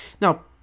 Now